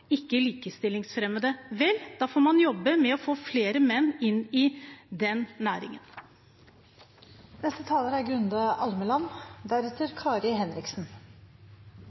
får man jobbe med å få flere menn inn i den næringen. Et moderne likestillingsperspektiv er